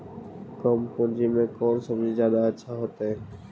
कम पूंजी में कौन सब्ज़ी जादा अच्छा होतई?